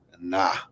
Nah